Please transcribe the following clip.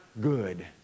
good